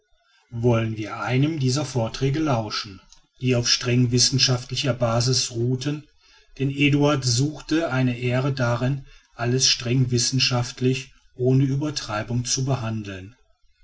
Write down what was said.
wollen wir einem dieser vorträge lauschen die auf streng wissenschaftlicher basis ruhten denn eduard suchte eine ehre darin alles streng wissenschaftlich ohne übertreibung zu behandeln